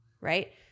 right